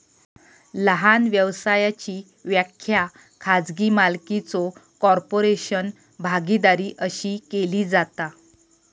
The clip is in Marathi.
लहान व्यवसायाची व्याख्या खाजगी मालकीचो कॉर्पोरेशन, भागीदारी अशी केली जाता